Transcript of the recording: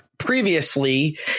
Previously